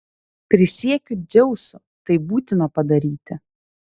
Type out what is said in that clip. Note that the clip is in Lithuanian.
prisiekiu dzeusu tai būtina padaryti